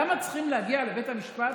למה צריכים להגיע לבית המשפט